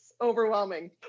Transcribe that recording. overwhelming